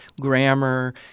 grammar